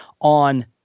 on